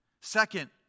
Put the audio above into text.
Second